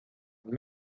une